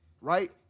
Right